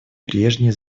прежние